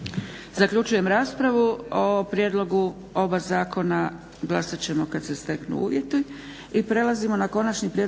Zaključujem raspravu. O prijedlogu oba zakona glasat ćemo kad se steknu uvjeti.